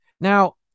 Now